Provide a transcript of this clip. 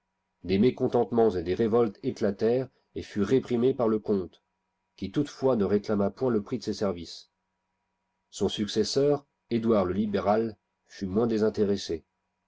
des mécontentements et des révoltes éclatèrent et furent réprimés par le comte qui toutefois ne réclama point le prix de ses services son successeur edouard le libéral fut moins désintéressé